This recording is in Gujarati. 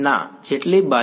વિદ્યાર્થી જેટલી બાજુ